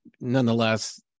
nonetheless